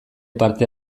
parte